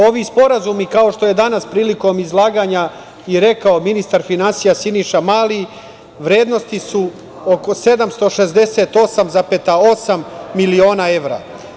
Ovi sporazumi, kao što je danas prilikom izlaganja i rekao ministar finansija Siniša Mali, vrednosti su oko 768,8 miliona evra.